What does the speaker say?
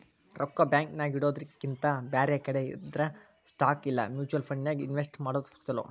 ರೊಕ್ಕಾ ಬ್ಯಾಂಕ್ ನ್ಯಾಗಿಡೊದ್ರಕಿಂತಾ ಬ್ಯಾರೆ ಕಡೆ ಅಂದ್ರ ಸ್ಟಾಕ್ ಇಲಾ ಮ್ಯುಚುವಲ್ ಫಂಡನ್ಯಾಗ್ ಇನ್ವೆಸ್ಟ್ ಮಾಡೊದ್ ಛಲೊ